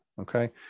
Okay